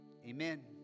Amen